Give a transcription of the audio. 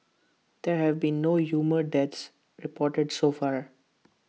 there have been no human deaths reported so far